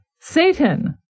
Satan